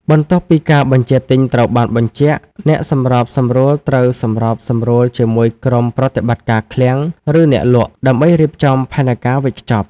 បន្ទាប់ពីការបញ្ជាទិញត្រូវបានបញ្ជាក់ អ្នកសម្របសម្រួលត្រូវសម្របសម្រួលជាមួយក្រុមប្រតិបត្តិការឃ្លាំង ឬអ្នកលក់ ដើម្បីរៀបចំផែនការវេចខ្ចប់។